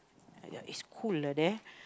ya is cool lah there